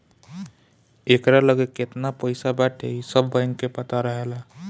एकरा लगे केतना पईसा बाटे इ सब बैंक के पता रहेला